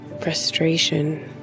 Frustration